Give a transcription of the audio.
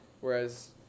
Whereas